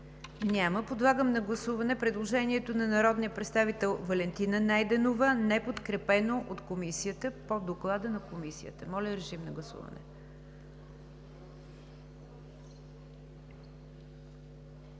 Няма. Подлагам на гласуване предложението на народния представител Валентина Найденова, неподкрепено от Комисията –по Доклада на Комисията. Гласували